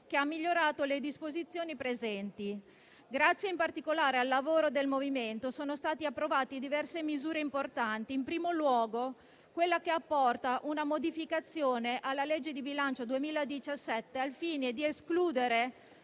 che ha migliorato le disposizioni presenti. Grazie, in particolare, al lavoro del Movimento sono state approvate diverse misure importanti, in primo luogo quella che apporta una modifica alla legge di bilancio 2017 al fine di escludere